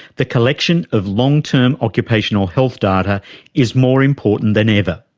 the collection of long-term occupational health data is more important than ever.